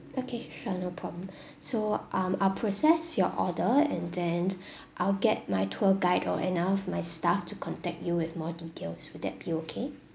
okay sure no problem so um I'll process your order and then I'll get my tour guide or any of my staff to contact you with more details will that be okay